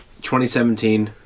2017